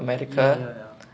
ya ya ya